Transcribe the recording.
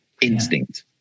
Instinct